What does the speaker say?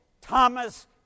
Thomas